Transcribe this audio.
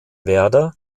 werder